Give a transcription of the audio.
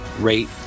rate